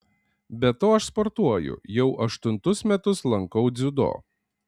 be to aš sportuoju jau aštuntus metus lankau dziudo